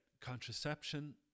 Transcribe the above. contraception